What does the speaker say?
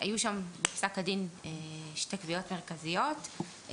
היו בפסק הדין שתי קביעות מרכזיות,